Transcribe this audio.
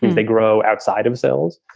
they grow outside themselves,